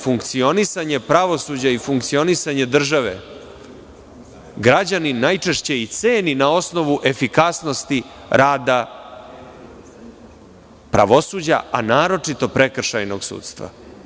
Funkcionisanje pravosuđa i funkcionisanje države građanin najčešće i ceni na osnovu efikasnosti rada pravosuđa, a naročito prekršajnog sudstva.